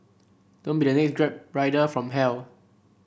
don't be the next Grab rider from hell